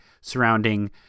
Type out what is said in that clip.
surrounding